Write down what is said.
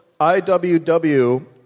IWW